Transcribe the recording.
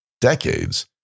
decades